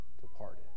departed